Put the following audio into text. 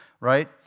right